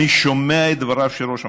אני שומע את דבריו של ראש הממשלה,